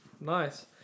nice